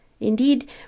indeed